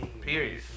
Period